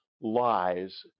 lies